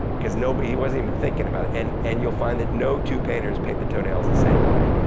cause nobody, he wasn't even thinkin' about, and and you'll find that no two painters paint the toe nails the same way.